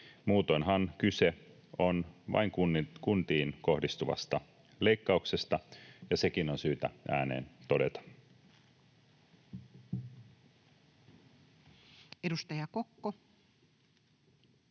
Muutoinhan kyse on vain kuntiin kohdistuvasta leikkauksesta, ja sekin on syytä ääneen todeta. [Speech 89]